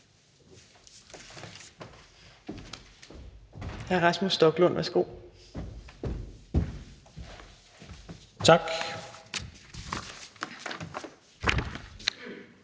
Hr. Rasmus Stoklund, værsgo. Kl.